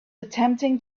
attempting